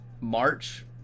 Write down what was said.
March